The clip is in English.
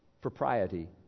propriety